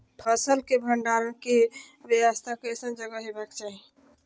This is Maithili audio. फसल के भंडारण के व्यवस्था केसन जगह हेबाक चाही?